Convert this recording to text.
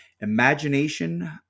Imagination